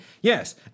yes